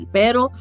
pero